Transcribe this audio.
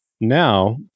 Now